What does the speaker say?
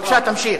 בבקשה, תמשיך.